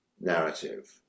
narrative